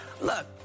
Look